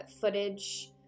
footage